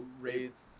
raids